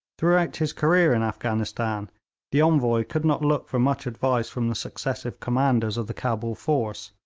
throughout his career in afghanistan the envoy could not look for much advice from the successive commanders of the cabul force,